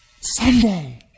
Sunday